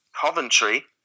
Coventry